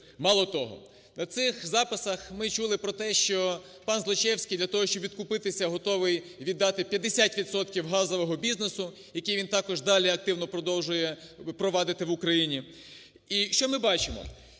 Мало того, на цих записах ми чули про те, що пан Злочевський для того, щоб відкупитися, готовий віддати 50 відсотків газового бізнесу, який він також далі активно продовжує провадити в Україні. І що ми бачимо?